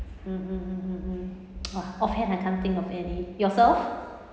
mm mm mm mm mm !wah! off hand I can't think of any yourself